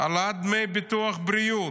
העלאת דמי ביטוח בריאות,